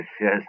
yes